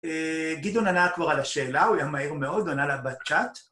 גדעון ענה כבר על השאלה, הוא היה מהיר מאוד, ענה לה בצ'אט.